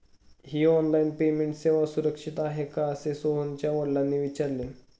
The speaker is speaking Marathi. ही ऑनलाइन पेमेंट सेवा सुरक्षित आहे का असे मोहनच्या वडिलांनी विचारले